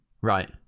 Right